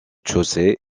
chaussée